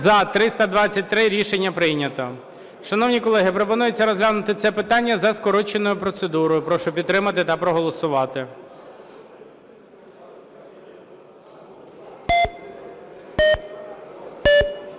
За-323 Рішення прийнято. Шановні колеги, пропонується розглянути це питання за скороченою процедурою. Прошу підтримати та проголосувати.